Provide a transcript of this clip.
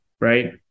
right